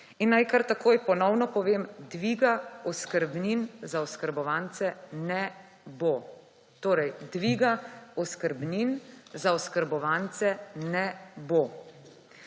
in naj kar takoj ponovno povem dviga oskrbnin za oskrbovance ne bo torej dviga oskrbnin za oskrbovance ne bo.